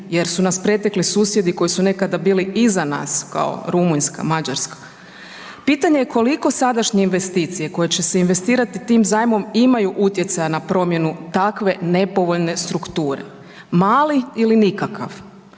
jer su nas pretekli susjedi koji su nekada bili iza nas kao Rumunjska, Mađarska. Pitanje je koliko sadašnje investicije koje će se investirati tim zajmom imaju utjecaja na promjenu takve nepovoljne strukture. Mali ili nikakav,